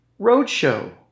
Roadshow